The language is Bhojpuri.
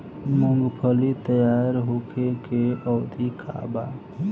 मूँगफली तैयार होखे के अवधि का वा?